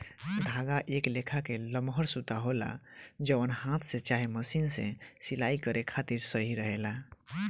धागा एक लेखा के लमहर सूता होला जवन हाथ से चाहे मशीन से सिलाई करे खातिर सही रहेला